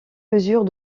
mesure